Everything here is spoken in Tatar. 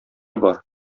бар